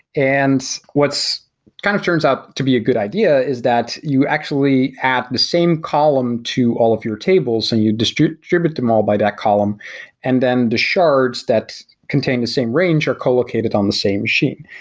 and kind of turns out to be a good idea is that you actually have the same column to all of your tables and you distribute distribute them all by that column and then discharge that contain the same range are co-located on the same machine.